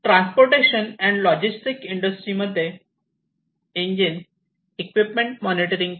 transportation and logistic इंडस्ट्रीमध्ये engine equipment monitoring करणे